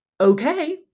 okay